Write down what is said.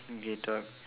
okay talk